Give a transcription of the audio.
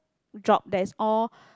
job that's all